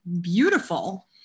beautiful